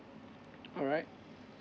alright